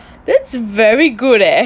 that's very good leh